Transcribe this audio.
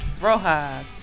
Rojas